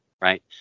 Right